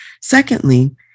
Secondly